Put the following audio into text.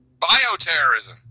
bioterrorism